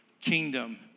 kingdom